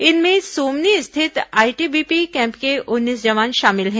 इनमें सोमनी स्थित ITBP camp के उन्नीस जवान शामिल हैं